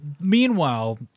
Meanwhile